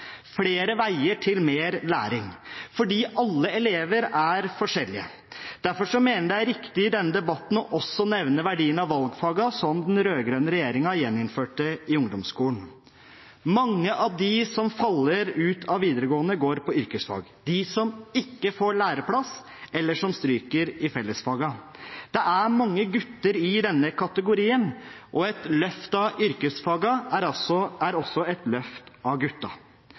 flere veier til mer læring – fordi alle elever er forskjellige. Derfor mener jeg det er riktig i denne debatten også å nevne verdien av valgfagene, som den rød-grønne regjeringen gjeninnførte i ungdomsskolen. Mange av dem som faller ut av videregående, går på yrkesfag – de som ikke får læreplass, eller som stryker i fellesfagene. Det er mange gutter i denne kategorien, og et løft av yrkesfagene er også et løft av